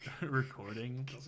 recording